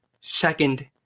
second